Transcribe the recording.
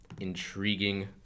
intriguing